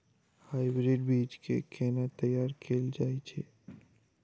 Hybrid बीज केँ केना तैयार कैल जाय छै?